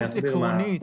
האם יש התנגדות עקרונית.